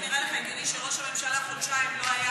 זה ראה לך הגיוני שראש הממשלה חודשיים לא היה